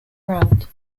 round